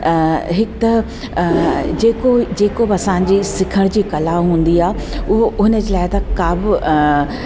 हिकु त जेको जेको असांजे सिखण जी कला हूंदी आहे उहो हुन लाइ त काबू